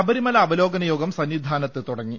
ശബരിമല അവലോകനയോഗം സന്നിധാനത്ത് തുടങ്ങി